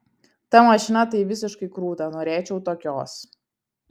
ta mašina tai visiškai krūta norėčiau tokios